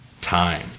time